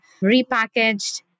repackaged